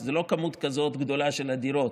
כי זו לא מספר כזה גדול של דירות.